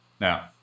now